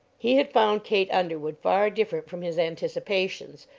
he had found kate underwood far different from his anticipations,